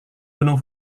gunung